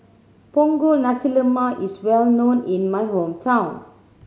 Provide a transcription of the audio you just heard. Punggol Nasi Lemak is well known in my hometown